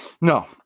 No